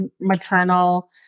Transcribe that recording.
maternal